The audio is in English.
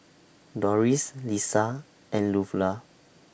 Doris Lissa and